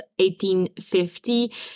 1850